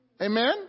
Amen